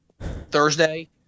Thursday